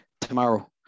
tomorrow